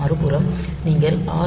மறுபுறம் நீங்கள் ஆர்